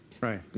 Right